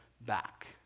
back